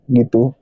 gitu